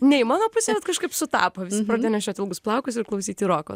ne į mano pusę bet kažkaip sutapo visi pradėjo nešiot ilgus plaukus ir klausyti roko